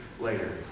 later